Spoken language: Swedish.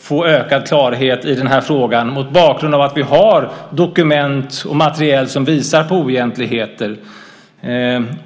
få ökad klarhet i frågan mot bakgrund av att vi har dokument och material som visar på oegentligheter.